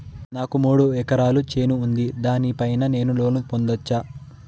నాకు మూడు ఎకరాలు చేను ఉంది, దాని పైన నేను లోను పొందొచ్చా?